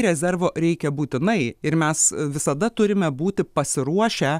rezervo reikia būtinai ir mes visada turime būti pasiruošę